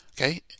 Okay